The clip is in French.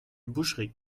boucherie